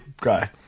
guy